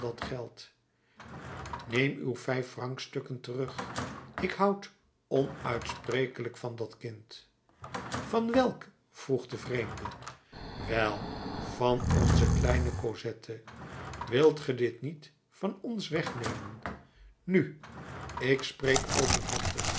geld neem uw vijffrancstukken terug ik houd onuitsprekelijk van dat kind van welk vroeg de vreemde wel van onze kleine cosette wilt ge dit niet van ons wegnemen nu ik spreek openhartig